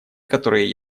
которые